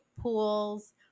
pools